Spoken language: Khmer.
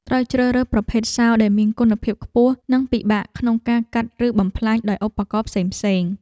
ត្រូវជ្រើសរើសប្រភេទសោរដែលមានគុណភាពខ្ពស់និងពិបាកក្នុងការកាត់ឬបំផ្លាញដោយឧបករណ៍ផ្សេងៗ។